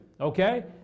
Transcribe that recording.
Okay